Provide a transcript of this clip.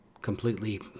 completely